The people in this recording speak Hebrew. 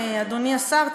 אדוני השר,